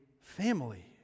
family